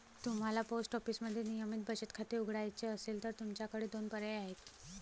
तुम्हाला पोस्ट ऑफिसमध्ये नियमित बचत खाते उघडायचे असेल तर तुमच्याकडे दोन पर्याय आहेत